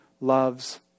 loves